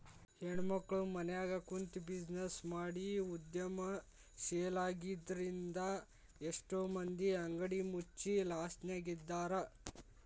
ಹೆಣ್ಮಕ್ಳು ಮನ್ಯಗ ಕುಂತ್ಬಿಜಿನೆಸ್ ಮಾಡಿ ಉದ್ಯಮಶೇಲ್ರಾಗಿದ್ರಿಂದಾ ಎಷ್ಟೋ ಮಂದಿ ಅಂಗಡಿ ಮುಚ್ಚಿ ಲಾಸ್ನ್ಯಗಿದ್ದಾರ